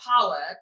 power